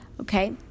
okay